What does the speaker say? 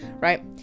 right